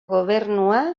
gobernu